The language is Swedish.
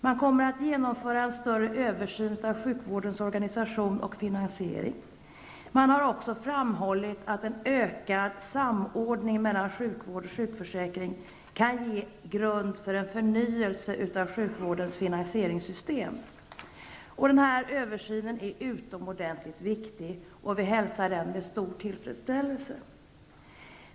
Man kommer att genomföra en större översyn av sjukvårdens organisation och finansiering. Man har också framhållit att en ökad samordning mellan sjukvård och sjukförsäkring kan ge grund för en förnyelse av sjukvårdens finansieringssystem. Den här översynen är utomordentligt viktig, och vi hälsar den med stor tillfredsställelse.